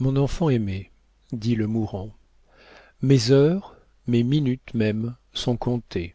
mon enfant aimé dit le mourant mes heures mes minutes même sont comptées